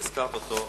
שהזכרת אותו,